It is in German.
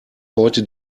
heute